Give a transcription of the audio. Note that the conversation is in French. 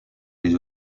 les